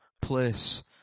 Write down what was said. place